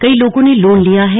कई लोगों ने लोन लिया है